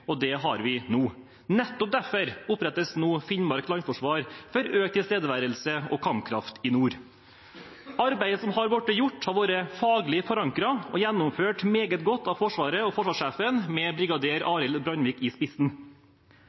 og det har vi nå. Nettopp derfor opprettes nå Finnmark Landforsvar, for økt tilstedeværelse og kampkraft i nord. Arbeidet som har blitt gjort, har vært faglig forankret og gjennomført meget godt av Forsvaret og forsvarssjefen, med brigader Aril Brandvik i spissen.